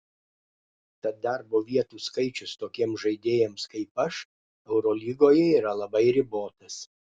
tad darbo vietų skaičius tokiems žaidėjams kaip aš eurolygoje yra labai ribotas